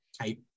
type